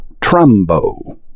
Trumbo